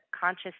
conscious